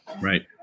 Right